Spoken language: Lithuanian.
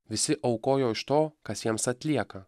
visi aukojo iš to kas jiems atlieka